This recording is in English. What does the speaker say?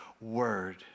word